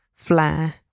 flair